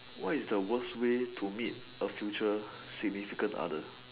what is the worse way to meet a future significant other